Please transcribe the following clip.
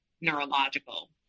neurological